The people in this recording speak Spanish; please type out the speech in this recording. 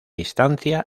instancia